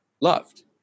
loved